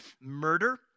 murder